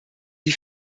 die